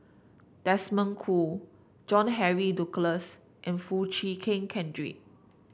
Desmond Choo John Henry Duclos and Foo Chee Keng Cedric